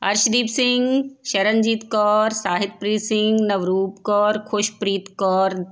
Arshdeep Singh Sharanjeet Kaur Sahitpreet Singh Navroop Kaur Khushpreet Kaur